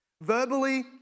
Verbally